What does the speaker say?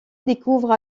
découvre